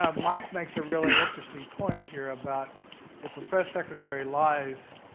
um mike makes a really interesting point here about if a press secretary lies,